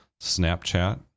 Snapchat